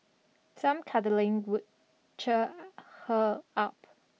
some cuddling would cheer her up